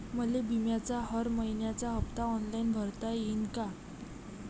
मले बिम्याचा हर मइन्याचा हप्ता ऑनलाईन भरता यीन का?